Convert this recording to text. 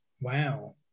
Wow